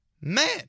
man